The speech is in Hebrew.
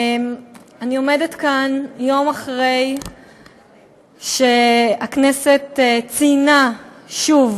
אני עומדת כאן יום אחרי שהכנסת ציינה שוב